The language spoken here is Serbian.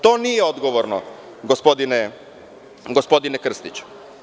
To nije odgovorno, gospodine Krstiću.